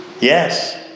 Yes